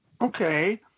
Okay